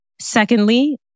Secondly